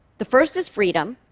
the first is freedom,